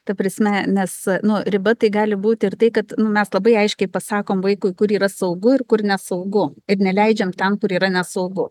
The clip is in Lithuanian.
ta prasme nes nu riba tai gali būt ir tai kad mes labai aiškiai pasakom vaikui kur yra saugu ir kur nesaugu ir neleidžiam ten kur yra nesaugu